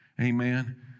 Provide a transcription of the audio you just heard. Amen